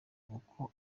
uko